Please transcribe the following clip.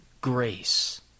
grace